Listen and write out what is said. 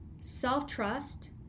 Self-trust